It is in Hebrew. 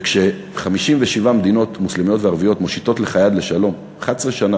וכש-57 מדינות מוסלמיות וערביות מושיטות לך יד לשלום 11 שנה,